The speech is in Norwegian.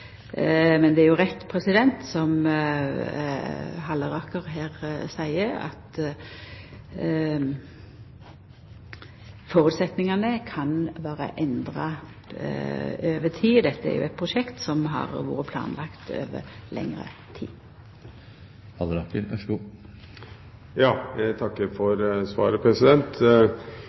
Men det er jo rett som Halleraker her seier, at føresetnadene kan vera endra over tid. Dette er jo eit prosjekt som har vore planlagt over lengre tid.